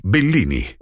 Bellini